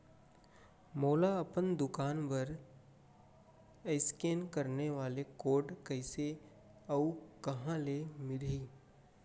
मोला अपन दुकान बर इसकेन करे वाले कोड कइसे अऊ कहाँ ले मिलही?